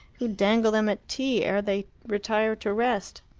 who dangled them at tea ere they retired to rest!